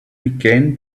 began